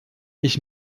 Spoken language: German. ich